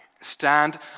Stand